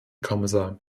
kommissar